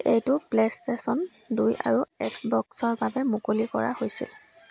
এইটোক PlayStation দুই আৰু এক্স বক্সৰ বাবে মুকলি কৰা হৈছিল